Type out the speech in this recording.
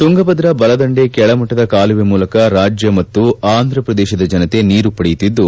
ತುಂಗಭದ್ರಾ ಬಲದಂಡೆ ಕೆಳ ಮಟ್ಟದ ಕಾಲುವೆ ಮೂಲಕ ರಾಜ್ಯ ಮತ್ತು ಅಂಧ್ರಪ್ರದೇಶದ ಜನತೆ ನೀರು ಪಡೆಯುತ್ತಿದ್ದು